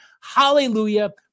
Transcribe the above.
Hallelujah